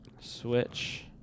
Switch